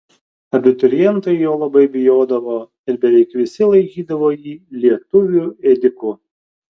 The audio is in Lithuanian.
abiturientai jo labai bijodavo ir beveik visi laikydavo jį lietuvių ėdiku